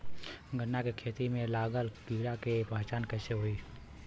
गन्ना के खेती में लागल कीड़ा के पहचान कैसे होयी?